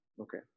okay